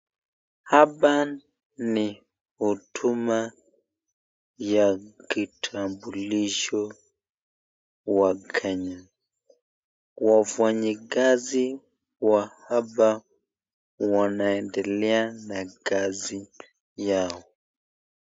Hapa ni huduma ya kitambulisho wa Kenya . Wafanyikazi wa hapa wanaendelea na kazi yao.